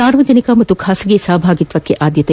ಸಾರ್ವಜನಿಕ ಮತ್ತು ಖಾಸಗಿ ಸಹಭಾಗಿತ್ವಕ್ಕೆ ಆದ್ಯತೆ